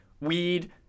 Weed